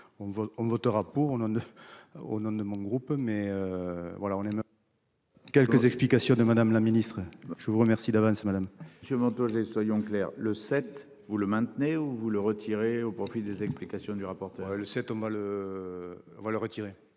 on votera pour le neuf. Au nom de mon groupe mais. Voilà on aime. Quelques explications de Madame la Ministre je vous remercie d'avance Madame. Monsieur manteaux j'ai, soyons clairs, le sept, vous le maintenez ou vous le retirer au profit des explications du rapporteur le cet homme a le. Le retirer.